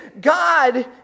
God